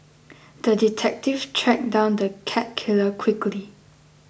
the detective tracked down the cat killer quickly